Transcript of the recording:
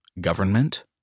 government